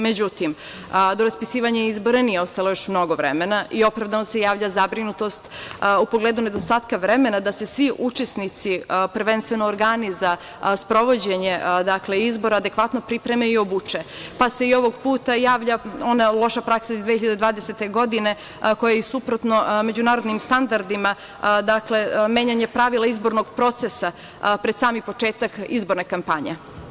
Međutim, do raspisivanja izbora nije ostalo još mnogo vremena i opravdano se javlja zabrinutost u pogledu nedostatka vremena da se svi učesnici, prvenstveno organi za sprovođenje izbora adekvatno pripreme i obuče, pa se i ovog puta javlja ona loša praksa iz 2020. godine koja je suprotna međunarodnim standardima, dakle menjanje pravila izbornih procesa pred sam početak izborne kampanje.